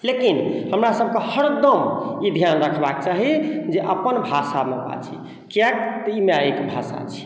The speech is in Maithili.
लेकिन हमरा सबके हरदम ई धिआन रखबाके चाही जे अपन भाषामे बाजी कियाकि ई माइके भाषा छी